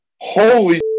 holy